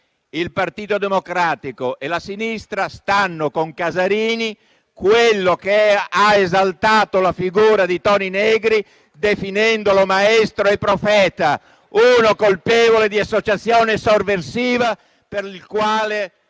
il Partito Democratico e la sinistra stanno con Casarini, quello che ha esaltato la figura di Toni Negri, definendolo maestro e profeta: uno colpevole di associazione sovversiva, per il quale